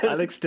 Alex